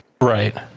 right